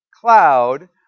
cloud